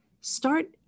start